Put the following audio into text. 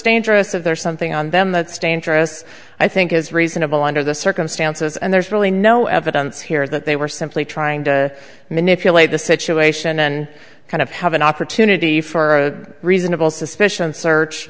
dangerous if there is something on them that's dangerous i think is reasonable under the circumstances and there's really no evidence here that they were simply trying to manipulate the situation and kind of have an opportunity for a reasonable suspicion search